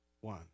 one